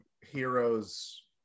heroes